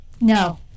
no